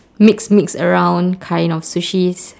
mix mix around kind of sushis